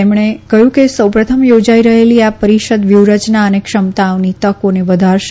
તેમણે કહયું કે સૌ પ્રથમ થોજાઈ રહેલી આ પરિષદ વ્યુહરચના અને ક્ષમતાની તકોને વધારશે